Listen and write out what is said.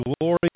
glory